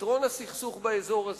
לפתרון הסכסוך באזור הזה,